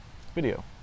video